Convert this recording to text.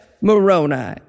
Moroni